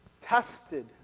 tested